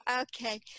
Okay